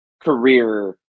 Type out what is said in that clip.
career